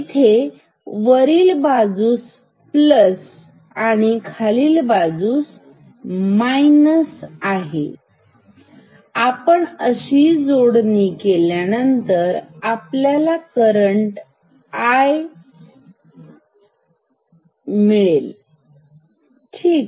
येथे वरील बाजू प्लस अधिक आणि खालील बाजू मायनस वजा आहे आपण अशी जोडणी केल्यानंतर आपल्याला करंट I आहे मिळेल ठीक